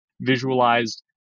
visualized